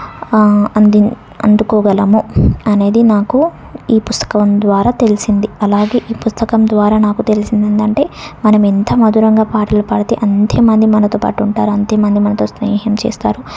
అంది అందుకోగలము అనేది నాకు ఈ పుస్తకం ద్వారా తెలిసింది అలాగే ఈ పుస్తకం ద్వారా నాకు తెలిసింది అంటే మనము ఎంత మధురంగా పాటలు పాడితే అంతే మంది మనతో పాటు ఉంటారు అంతే మంది మనతో స్నేహం చేస్తారు